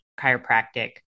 chiropractic